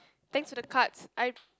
thanks for the cards I